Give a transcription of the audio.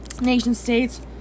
nation-states